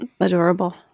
adorable